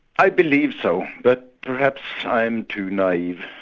i believe so. but perhaps i am too naive.